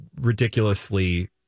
ridiculously